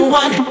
one